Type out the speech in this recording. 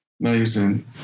Amazing